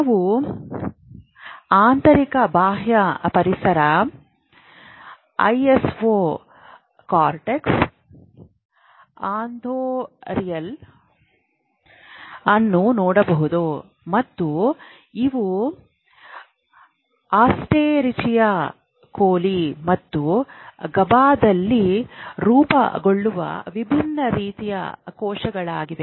ನಾವು ಆಂತರಿಕ ಬಾಹ್ಯ ಪರಿಸರ ಐಎಸ್ಒ ಕಾರ್ಟೆಕ್ಸ್ ಆಂಥೋರಿಯಲ್ ಅನ್ನು ನೋಡಬಹುದು ಮತ್ತು ಇವು ಎಸ್ಚೆರಿಚಿಯಾ ಕೋಲಿ ಮತ್ತು ಗಬಾದಲ್ಲಿ ರೂಪುಗೊಳ್ಳುವ ವಿಭಿನ್ನ ರೀತಿಯ ಕೋಶಗಳಾಗಿವೆ